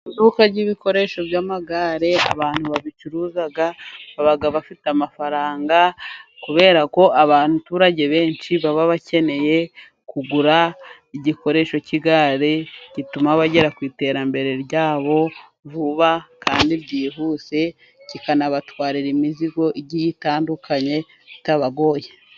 Iduka ry'ibikoresho by'amagare, abantu babicuruza baba bafite amafaranga kubera ko abaturage benshi baba bakeneye kugura igikoresho cy'igare, gituma bagera ku iterambere ryabo vuba kandi byihuse, kikanabatwarira imizigo igiye itandukanye bitabagoye.